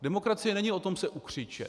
Demokracie není o tom se ukřičet.